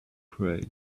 pray